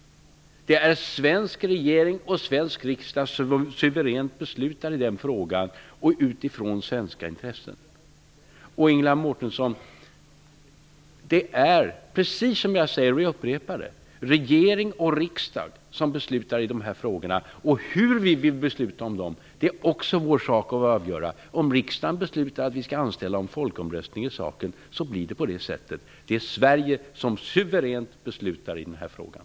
Det är den svenska regeringen och den svenska riksdagen som suveränt beslutar i den frågan utifrån svenska intressen. Ingela Mårtensson, det är precis som jag säger, och jag upprepar det, att det är regering och riksdag som beslutar i dessa frågor. Det är också vår sak att avgöra hur vi skall besluta om dem. Om riksdagen beslutar att vi skall ha folkomröstning så blir det så. Det är vi i Sverige som suveränt beslutar i den här frågan.